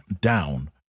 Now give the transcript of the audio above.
down